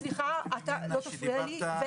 סליחה, אל תפריע לי.